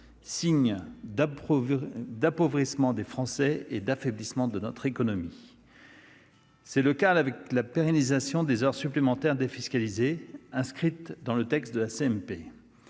signe d'appauvrissement des Français et d'affaiblissement de notre économie. C'est le cas avec la pérennisation des heures supplémentaires défiscalisées, inscrites dans le texte de la CMP.